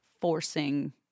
forcing